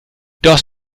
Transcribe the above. das